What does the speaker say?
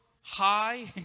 high